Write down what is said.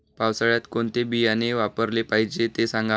पावसाळ्यात कोणते बियाणे वापरले पाहिजे ते सांगा